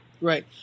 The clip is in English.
Right